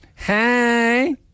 Hey